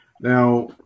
Now